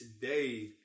Today